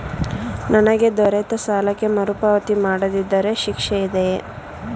ನನಗೆ ದೊರೆತ ಸಾಲಕ್ಕೆ ಮರುಪಾವತಿ ಮಾಡದಿದ್ದರೆ ಶಿಕ್ಷೆ ಇದೆಯೇ?